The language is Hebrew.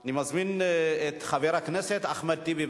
אני מזמין את חבר הכנסת אחמד טיבי.